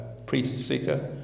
priest-seeker